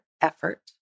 effort